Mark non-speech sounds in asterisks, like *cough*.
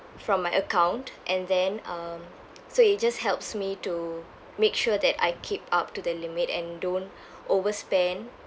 from my account and then um so it just helps me to make sure that I keep up to the limit and don't *breath* overspend